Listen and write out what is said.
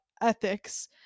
ethics